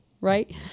right